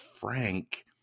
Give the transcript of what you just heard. frank